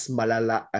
malala